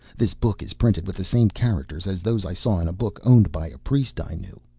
this book is printed with the same characters as those i saw in a book owned by a priest i knew.